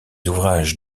ouvrages